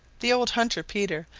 the old hunter, peter,